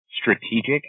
strategic